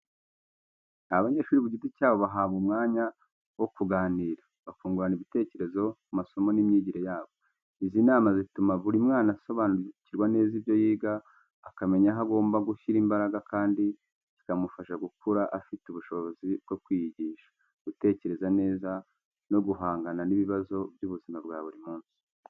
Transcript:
Abanyeshuri ku giti cyabo bahabwa umwanya wo kuganira, bakungurana ibitekerezo ku masomo n’imyigire yabo. Izi nama zituma buri mwana asobanukirwa neza ibyo yiga, akamenya aho agomba gushyira imbaraga kandi zikamufasha gukura afite ubushobozi bwo kwiyigisha, gutekereza neza no guhangana n’ibibazo by’ubuzima bwa buri munsi.